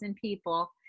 people